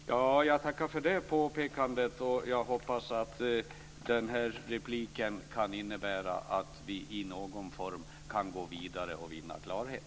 Fru talman! Jag tackar för det påpekandet. Jag hoppas att den här repliken kan innebära att vi i någon form kan gå vidare och vinna klarhet.